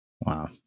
Wow